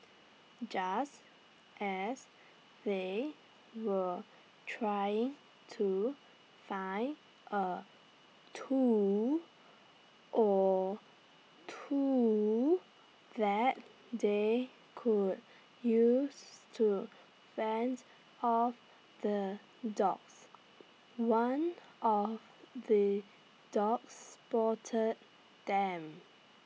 just as they were trying to find A tool or two that they could use to fend off the dogs one of the dogs spot them